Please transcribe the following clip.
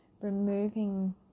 Removing